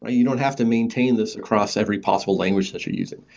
ah you don't have to maintain this across every possible language that you're using.